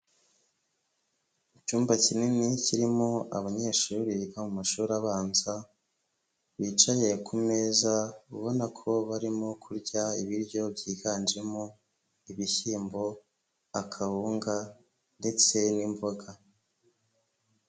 Icyumba kinini kirimo abanyeshuri biga mu mashuri abanza, bicaye ku meza ubona ko barimo kurya ibiryo byiganjemo ibishyimbo, akabunga ndetse n'imboga.